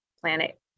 planet